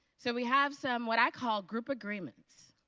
so we have somewhat i call group agreements